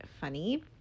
funny